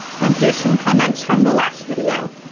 and here's some comments from the last video.